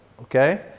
Okay